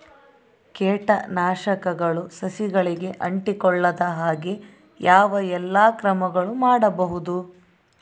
ಕೇಟನಾಶಕಗಳು ಸಸಿಗಳಿಗೆ ಅಂಟಿಕೊಳ್ಳದ ಹಾಗೆ ಯಾವ ಎಲ್ಲಾ ಕ್ರಮಗಳು ಮಾಡಬಹುದು?